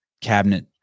cabinet